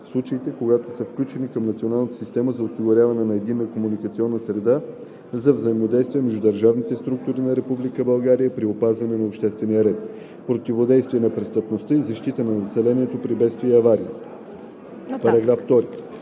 случаите, когато са включени към Националната система за осигуряване на единна комуникационна среда за взаимодействие между държавните структури на Република България при опазване на обществения ред, противодействие на престъпността и защита на населението при бедствия и аварии“.“